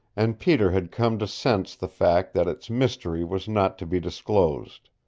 and peter had come to sense the fact that its mystery was not to be disclosed.